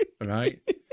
Right